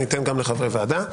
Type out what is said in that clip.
אני אתן גם לחברי ועדה.